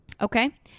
Okay